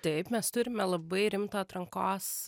taip mes turime labai rimtą atrankos